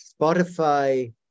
Spotify